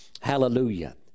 Hallelujah